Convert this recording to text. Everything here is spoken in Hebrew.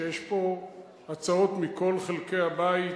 שיש פה הצעות מכל חלקי הבית.